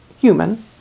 human